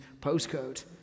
postcode